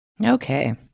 Okay